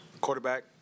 quarterback